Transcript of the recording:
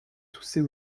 tousser